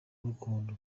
gakondo